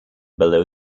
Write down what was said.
below